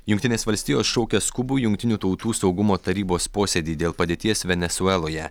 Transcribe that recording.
jungtinės valstijos šaukia skubų jungtinių tautų saugumo tarybos posėdį dėl padėties venesueloje